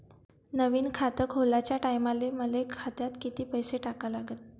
नवीन खात खोलाच्या टायमाले मले खात्यात कितीक पैसे टाका लागन?